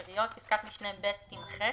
פסקת משנה (ב) תימחק.